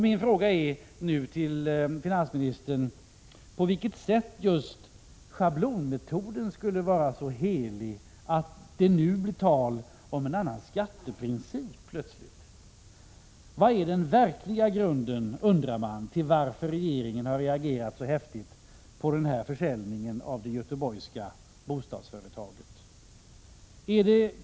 Min fråga till finansministern är därför: På vilket sätt anses just schablonmetoden vara så helig att det nu plötsligt blir tal om en annan skatteprincip? Man undrar vilken den verkliga grunden är till att regeringen har reagerat så häftigt på den nämnda försäljningen av det göteborgska bostadsföretaget.